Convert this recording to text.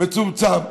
מצומצם.